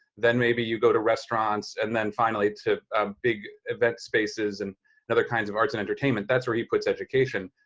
then maybe you go to restaurants, and then finally to a big event spaces and and other kinds of arts and entertainment. that's where he puts education.